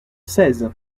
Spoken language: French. seize